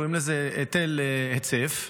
קוראים לזה היטל היצף,